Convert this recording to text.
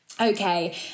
okay